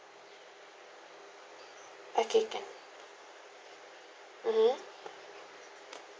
okay can mmhmm